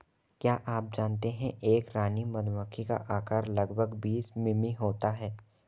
क्या आप जानते है एक रानी मधुमक्खी का आकार लगभग बीस मिमी होता है?